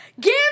Give